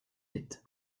vite